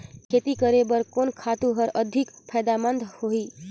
खेती करे बर कोन खातु हर अधिक फायदामंद होही?